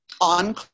on